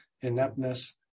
ineptness